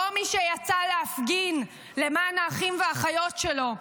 לא מי שיצא להפגין למען האחים והאחיות שלו,